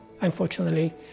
unfortunately